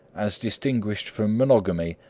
as distinguished from monogamy,